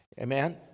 Amen